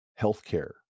healthcare